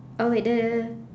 oh wait the